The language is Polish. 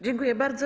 Dziękuję bardzo.